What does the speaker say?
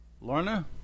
Lorna